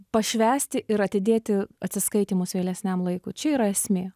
pašvęsti ir atidėti atsiskaitymus vėlesniam laikui čia yra esmė